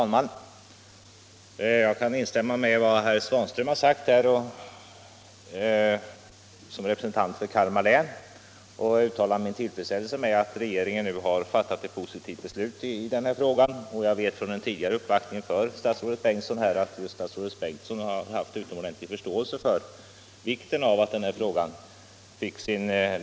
Herr talman! Som representant för Kalmar län kan jag instämma i vad herr Svanström här anfört och uttala min tillfredsställelse över att regeringen nu har fattat ett positivt beslut i denna fråga. Från en tidigare uppvaktning för statsrådet Bengtsson vet jag att arbetsmarknadsministern har haft mycket stor förståelse för kravet på en sådan lösning.